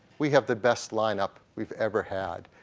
we have the best lineup we've ever had.